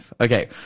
Okay